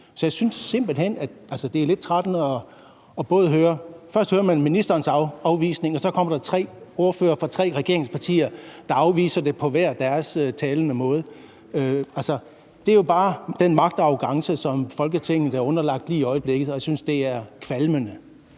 Så jeg synes simpelt hen, det her er lidt trættende at høre. Først hører man ministerens afvisning, og så kommer der tre ordførere fra tre regeringspartier, der afviser det på hver deres måde. Altså, det er jo bare den magtarrogance, som Folketinget er underlagt lige i øjeblikket, og jeg synes, det er kvalmende.